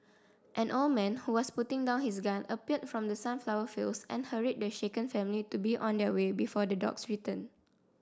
an old man who was putting down his gun appeared from the sunflower fields and hurried the shaken family to be on their way before the dogs return